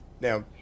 Now